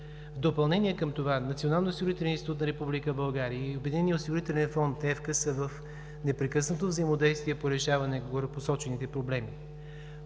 В допълнение към това Националният осигурителен институт на Република България и Обединеният осигурителен фонд ФК са в непрекъснато взаимодействие по решаване на горепосочените проблеми.